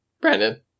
Brandon